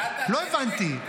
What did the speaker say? לא הבנתי.